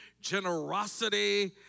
generosity